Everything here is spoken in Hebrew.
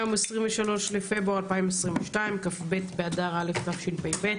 היום 23 בפברואר 2022 כ"ב באדר א' תשפ"ב.